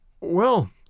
Well